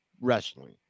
Wrestling